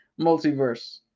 multiverse